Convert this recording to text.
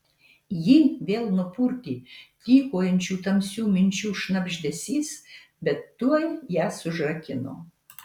jį vėl nupurtė tykojančių tamsių minčių šnabždesys bet tuoj jas užrakino